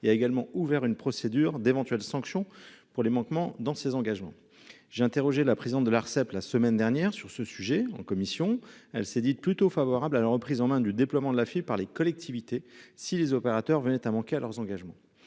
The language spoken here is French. Il a également ouvert une procédure d'éventuelles sanctions. Pour les manquements dans ses engagements, j'ai interrogé la présidente de l'Arcep. La semaine dernière sur ce sujet en commission, elle s'est dite plutôt favorables à la reprise en main du déploiement de la fibre par les collectivités, si les opérateurs venait à manquer à leurs engagements.